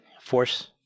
force